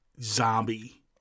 Zombie